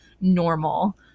normal